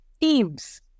teams